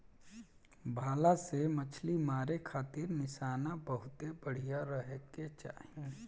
भला से मछली मारे खातिर निशाना बहुते बढ़िया रहे के चाही